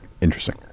interesting